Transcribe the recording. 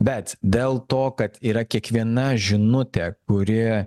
bet dėl to kad yra kiekviena žinutė kuri